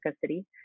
City